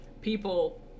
people